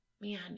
man